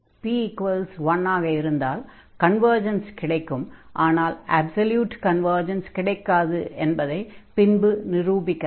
p1 ஆக இருந்தால் convergence கிடைக்கும் ஆனால் அப்ஸல்யூட் கன்வர்ஜ்ன்ஸ் கிடைக்காது என்பதைப் பின்பு நிரூபிக்கலாம்